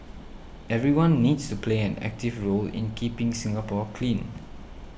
everyone needs to play an active role in keeping Singapore clean